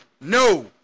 No